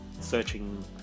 searching